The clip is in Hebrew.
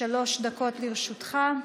שלוש דקות לרשותך.